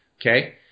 Okay